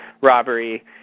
robbery